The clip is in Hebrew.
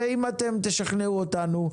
ואם אתם תשכנעו אותנו,